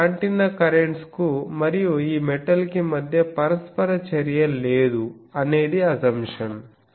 ఇది antenna currents కు మరియు ఈ మెటల్ కి మధ్య పరస్పర చర్య లేదు అనేది అసంప్షన్